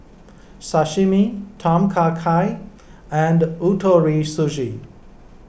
Sashimi Tom Kha Gai and Ootoro Sushi